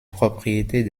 propriétés